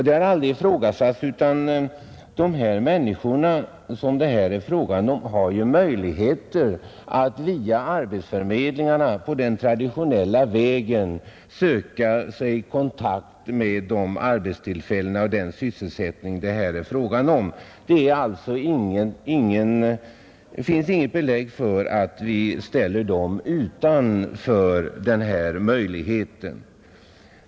Det har aldrig ifrågasatts att de människor som det här rör sig om har möjligheter att via arbetsförmedlingarna på den traditionella vägen söka kontakt med de arbetstillfällen och den sysselsättning som kan finnas. Det finns alltså inget belägg för att vi ställer dem utanför denna möjlighet.